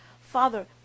Father